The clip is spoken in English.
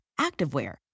activewear